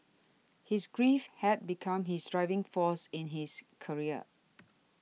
his grief had become his driving force in his career